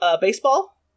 baseball